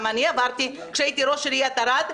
גם אני עברתי כאשר הייתי ראש עיריית ערד,